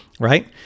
Right